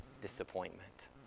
disappointment